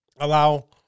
allow